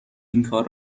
اینکار